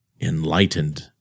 enlightened